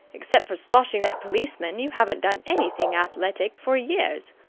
except for sloshing that policeman, you haven't done anything athletic for years.